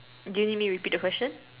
do you need me repeat the question